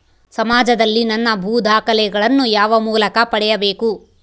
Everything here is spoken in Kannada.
ಸಮಾಜದಲ್ಲಿ ನನ್ನ ಭೂ ದಾಖಲೆಗಳನ್ನು ಯಾವ ಮೂಲಕ ಪಡೆಯಬೇಕು?